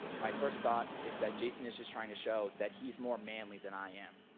my first thought is that jason is just trying to show that he's more manly than i am.